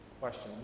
question